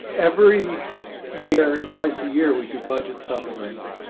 every year, twice a year, we do budget supplements.